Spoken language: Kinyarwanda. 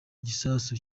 igisasu